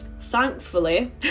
thankfully